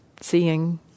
seeing